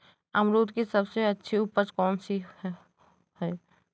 अमरूद की सबसे अच्छी उपज कौन सी है?